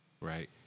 right